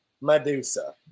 Medusa